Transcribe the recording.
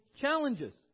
challenges